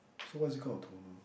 so why is call a toner